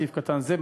בסעיף קטן זה,